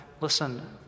Listen